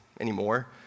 anymore